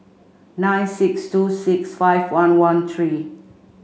nine six two six five one one three